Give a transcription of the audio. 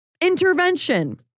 Intervention